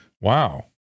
Wow